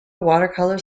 watercolor